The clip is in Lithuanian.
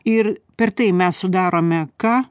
ir per tai mes sudarome ką